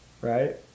Right